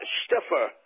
stiffer